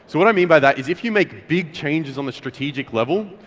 so what i mean by that is if you make big changes on the strategic level,